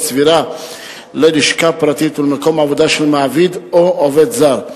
סבירה ללשכה פרטית או למקום עבודה של מעביד או עובד זר.